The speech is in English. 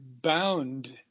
bound